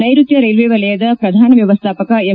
ನೈರುತ್ಯ ರೈಲ್ವೆ ವಲಯದ ಪ್ರಧಾನ ವ್ಯವಸ್ಥಾಪಕ ಎಂ